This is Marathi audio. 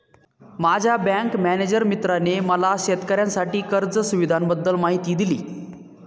माझ्या बँक मॅनेजर मित्राने मला शेतकऱ्यांसाठी कर्ज सुविधांबद्दल माहिती दिली